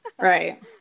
right